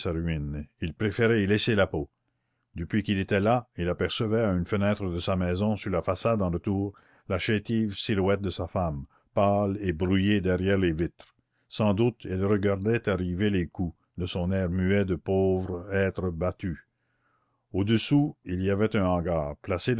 il préférait y laisser la peau depuis qu'il était là il apercevait à une fenêtre de sa maison sur la façade en retour la chétive silhouette de sa femme pâle et brouillée derrière les vitres sans doute elle regardait arriver les coups de son air muet de pauvre être battu au-dessous il y avait un hangar placé